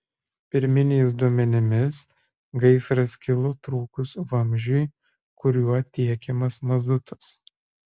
pirminiais duomenimis gaisras kilo trūkus vamzdžiui kuriuo tiekiamas mazutas